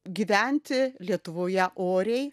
gyventi lietuvoje oriai